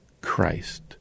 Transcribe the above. Christ